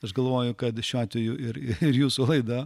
aš galvoju kad šiuo atveju ir ir ir jūsų laida